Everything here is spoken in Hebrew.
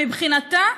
מבחינתה,